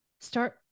start